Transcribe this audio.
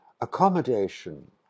accommodation